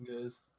guys